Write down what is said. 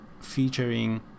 featuring